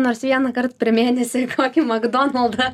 nors vieną kart per mėnesį kokį makdonaldą